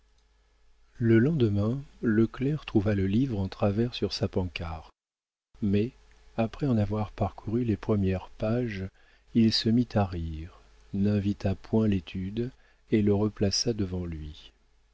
le lendemain le clerc trouva le livre en travers sur sa pancarte mais après en avoir parcouru les premières pages il se mit à rire n'invita point l'étude et le replaça devant lui